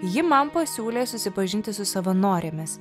ji man pasiūlė susipažinti su savanorėmis